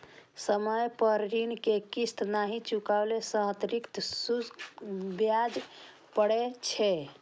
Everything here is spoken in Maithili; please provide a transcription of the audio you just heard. समय पर ऋण के किस्त नहि चुकेला सं अतिरिक्त शुल्क देबय पड़ै छै